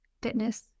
fitness